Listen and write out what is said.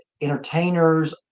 entertainers